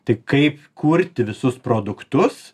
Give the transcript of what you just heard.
tai kaip kurti visus produktus